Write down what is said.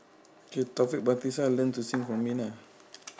okay taufik batisah learn to sing from me lah